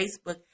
Facebook